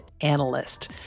Analyst